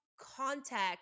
context